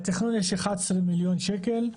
בתכנון יש 11 מיליון שקל.